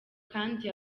kandi